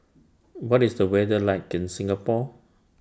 What IS The weather like in Singapore